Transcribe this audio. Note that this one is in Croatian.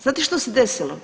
Znate što se desilo?